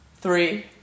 Three